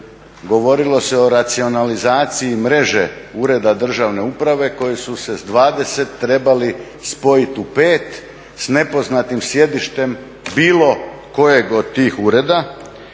govorilo se o racionalizaciji mreže ureda državne uprave koji su se s 20 trebali spojiti u 5 s nepoznatim sjedištem bilo kojeg od tih ureda.